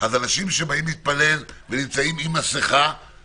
אז אנשים שבאים להתפלל ונמצאים עם מסכה,